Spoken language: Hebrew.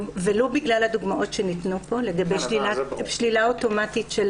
ולו בגלל הדוגמאות שניתנו פה לדבי שלילה אוטומטית של